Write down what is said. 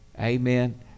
amen